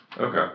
Okay